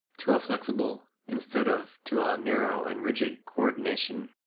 to a flexible, instead of to a narrow and rigid, coordination.